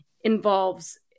involves